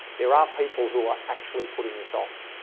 there are people who are actually putting this off.